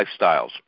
lifestyles